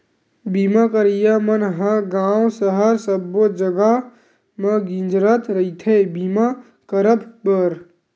बीमा करइया मन ह गाँव सहर सब्बो जगा म गिंजरत रहिथे बीमा करब बर